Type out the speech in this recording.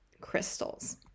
crystals